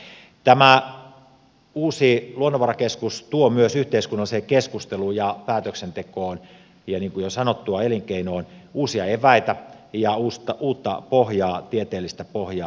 tämä uusi luonnonvarakeskus tuo myös yhteiskunnalliseen keskusteluun ja päätöksentekoon ja niin kuin jo sanottua elinkeinoon uusia eväitä ja uutta pohjaa tieteellistä pohjaa